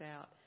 out